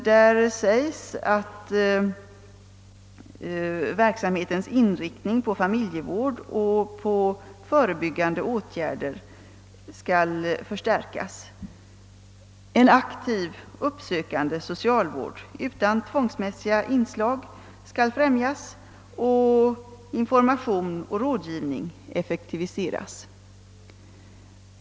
Där sägs att verksamhetens inriktning på familjevård och på förebyggande åtgärder skall förstärkas. En aktiv uppsökande socialvård utan tvångsmässiga inslag skall främjas, samt information och rådgivning effektiviseras.